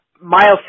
Miles